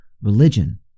religion